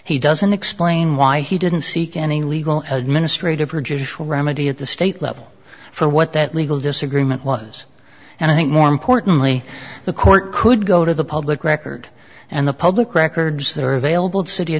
he doesn't explain why he didn't seek any legal administrative or judicial remedy at the state level for what that legal disagreement was and i think more importantly the court could go to the public record and the public records that are available to city